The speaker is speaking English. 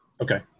Okay